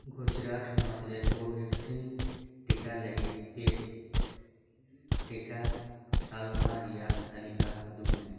ᱜᱩᱡᱽᱨᱟᱴ ᱦᱚᱱᱚᱛ ᱨᱮ ᱠᱳᱵᱷᱮᱠᱥᱤᱱ ᱴᱤᱠᱟ ᱞᱟᱹᱜᱤᱫ ᱯᱮᱰ ᱴᱤᱠᱟ ᱛᱟᱞᱢᱟ ᱨᱮᱭᱟᱜ ᱛᱟᱞᱤᱠᱟ ᱩᱫᱩᱜᱽ ᱢᱮ